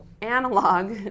analog